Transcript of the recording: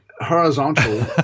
horizontal